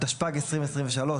התשפ"ג - 2023,